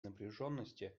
напряженности